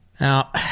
Now